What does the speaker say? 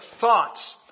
thoughts